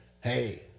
hey